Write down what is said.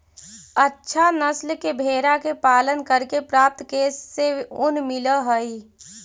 अच्छा नस्ल के भेडा के पालन करके प्राप्त केश से ऊन मिलऽ हई